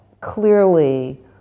clearly